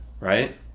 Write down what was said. Right